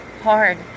hard